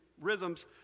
rhythms